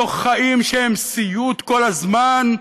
בתוך חיים שהם סיוט כל הזמן,